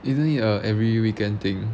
isn't it a every weekend thing